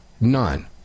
None